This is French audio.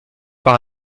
par